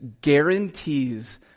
guarantees